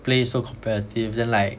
play so competitive then like